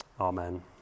Amen